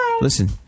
listen